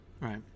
right